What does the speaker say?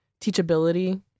teachability